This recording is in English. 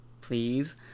please